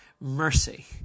mercy